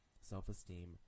self-esteem